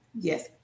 Yes